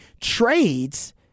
trades